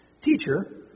Teacher